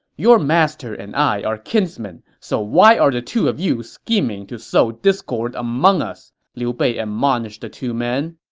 your master and i are kinsman, so why are the two of you scheming to sow discord among us! liu bei admonished the two men.